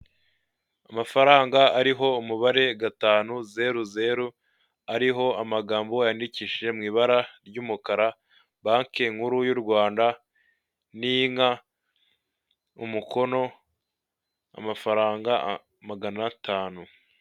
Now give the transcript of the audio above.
Amafaranga ariho umubare gatanu zeru zeru, ariho amagambo yandikishije mu ibara ry'umukara, banke nkuru y'u Rwanda n'inka, umukono, amafaranga magana atanu.